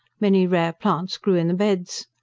many rare plants grew in the beds.